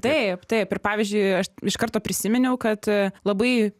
taip taip ir pavyzdžiui aš iš karto prisiminiau kad labai